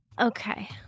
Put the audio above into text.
Okay